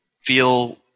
feel